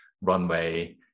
runway